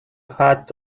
hat